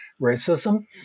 racism